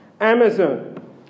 Amazon